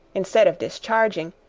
instead of discharging,